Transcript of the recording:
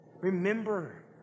Remember